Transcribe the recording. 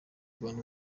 rwanda